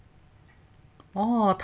oh